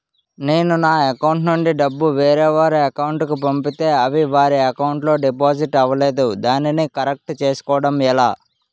నేను నా అకౌంట్ నుండి డబ్బు వేరే వారి అకౌంట్ కు పంపితే అవి వారి అకౌంట్ లొ డిపాజిట్ అవలేదు దానిని కరెక్ట్ చేసుకోవడం ఎలా?